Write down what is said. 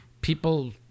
People